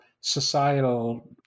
societal